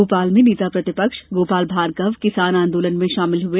भोपाल में नेता प्रतिपक्ष गोपाल भार्गव किसान आंदोलन में शामिल हुए